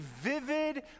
vivid